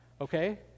okay